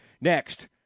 next